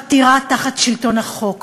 חתירה תחת שלטון החוק,